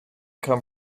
come